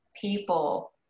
people